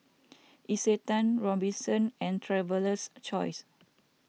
Isetan Robinsons and Traveler's Choice